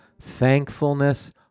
thankfulness